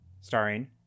starring